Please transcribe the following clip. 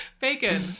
bacon